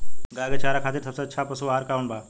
गाय के चारा खातिर सबसे अच्छा पशु आहार कौन बा?